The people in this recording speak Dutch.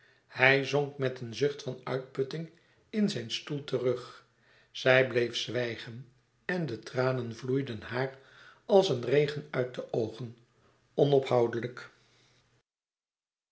hij zonk met een zucht van uitputting in zijn stoel terug zij bleef zwijgen en de tranen vloeiden haar als een regen uit de oogen onophoudelijk